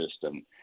system